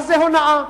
זו הונאה.